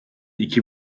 iki